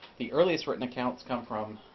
the earliest written accounts come from